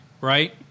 right